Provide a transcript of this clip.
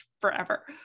forever